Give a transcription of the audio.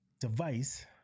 device